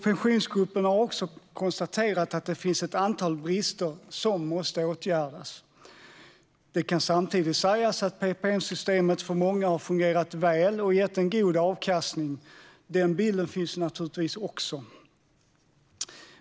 Pensionsgruppen har också konstaterat att det finns ett antal brister som måste åtgärdas. Det kan samtidigt sägas att PPM-systemet för många har fungerat väl och gett en god avkastning. Den bilden finns naturligtvis också.